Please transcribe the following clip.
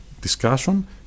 discussion